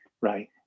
right